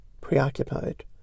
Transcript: preoccupied